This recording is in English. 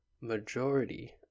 majority